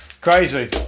Crazy